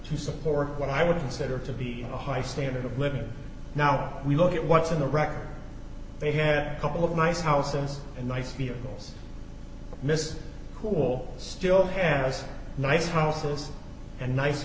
to support what i would consider to be a high standard of living now we look at what's in the record they had a couple of nice houses and nice peoples miss cool still has nice houses and nice